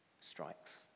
strikes